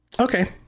Okay